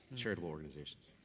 chart organizations.